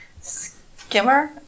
skimmer